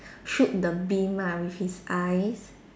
shoot the beam ah with his eyes